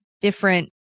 different